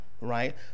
right